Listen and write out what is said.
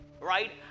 right